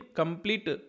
complete